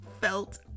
felt